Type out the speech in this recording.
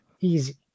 easy